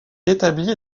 établit